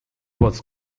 was